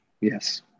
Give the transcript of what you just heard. Yes